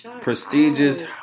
prestigious